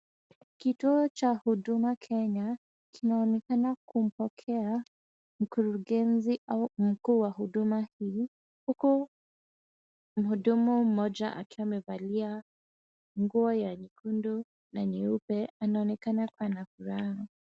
Kituo cha huduma Kenya kinaonekana kumpokea mkurugenzi au mkuu wa huduma hii ,huku mhudumu mmoja akiwa amevalia nguo ya nyekundu na nyeupe anaonekana kuwa na furaha.